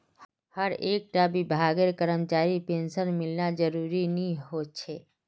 हर एक टा विभागेर करमचरीर पेंशन मिलना ज़रूरी नि होछे